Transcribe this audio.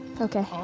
Okay